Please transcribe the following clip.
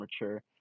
mature